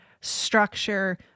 structure